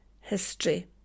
history